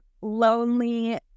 lonely